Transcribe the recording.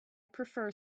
prefer